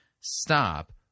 stop